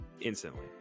instantly